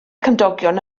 cymdogion